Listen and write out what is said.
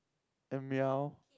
and meow